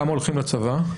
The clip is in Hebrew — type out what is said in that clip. כמה הולכים לצבא?